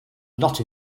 not